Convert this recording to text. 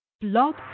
Blog